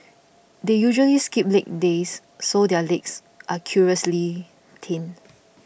and they usually skip leg days so their legs are curiously thin